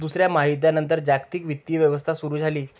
दुसऱ्या महायुद्धानंतर जागतिक वित्तीय व्यवस्था सुरू झाली